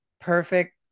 perfect